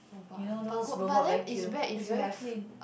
you know those robot vacuum it's very clean